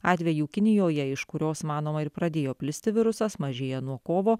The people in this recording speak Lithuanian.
atvejų kinijoje iš kurios manoma ir pradėjo plisti virusas mažėja nuo kovo